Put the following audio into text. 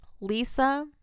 Lisa